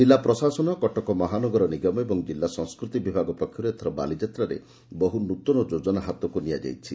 ଜିଲା ପ୍ରଶାସନ କଟକ ମହାନଗର ନିଗମ ଓ କିଲା ସଂସ୍କୃତି ବିଭାଗ ପକ୍ଷରୁ ଏଥର ବାଲିଯାତ୍ରାରେ ବହୁ ନୂତନ ଯୋଜନା ହାତକୁ ନିଆଯାଇଛି